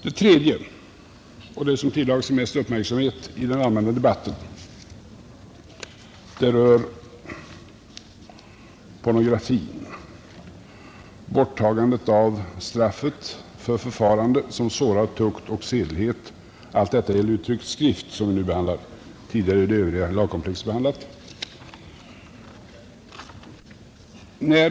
Den tredje ändringen, och den som tilldragit sig den största uppmärksamheten i den allmänna debatten, rör pornografin, nämligen borttagandet av straffet för ”förfarande som sårar tukt och sedlighet”. Vad vi nu behandlar gäller alltså tryckt skrift, det övriga lagkomplexet har behandlats tidigare.